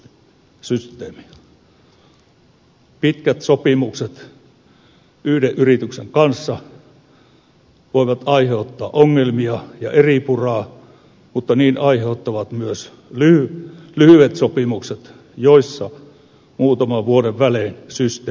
pitkät sopimukset yhden yrityksen kanssa voivat aiheuttaa ongelmia ja eripuraa mutta niin aiheuttavat myös lyhyet sopimukset joissa muutaman vuoden välein systeemi muuttuu